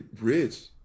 rich